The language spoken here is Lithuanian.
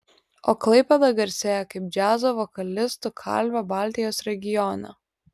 o klaipėda garsėja kaip džiazo vokalistų kalvė baltijos regione